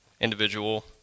individual